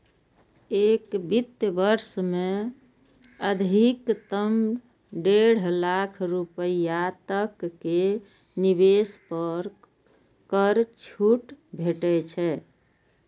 एक वित्त वर्ष मे अधिकतम डेढ़ लाख रुपैया तक के निवेश पर कर छूट भेटै छै